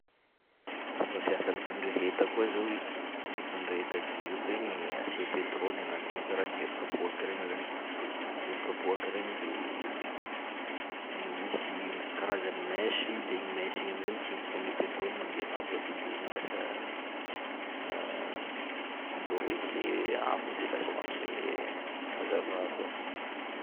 Fomba fiasan'ny fandreheta koa zao i, i fandreheta jiro regny asia petraoly agnatiny ao karaha jiro kapoaky regny zany, jiro kapoaky regny de i- misy karazany mèche i de igny mèche igny am'zay mitsintsika an'ilay petraoly mandeha agnabo aty de igny lasa doroin'le afo de lasa magnome hazava koa.